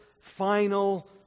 final